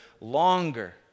longer